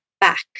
back